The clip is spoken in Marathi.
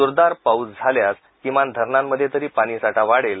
जोरदार पाऊस झाल्यास किमान धरणांमध्येतरी पाऊस साठा वाढेल